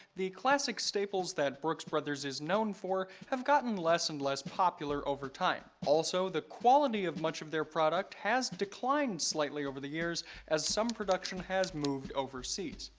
the classic staples that brooks brothers is known for have gotten less and less popular over time. also, the quality of much of their product has declined slightly over the years as some production has moved overseas.